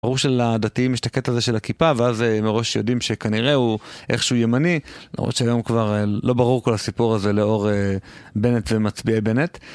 ברור שלדתיים יש את הקטע הזה של הכיפה, ואז מראש שיודעים שכנראה הוא איכשהו ימני, למרות שהיום כבר לא ברור כל הסיפור הזה לאור בנט ומצביעי בנט.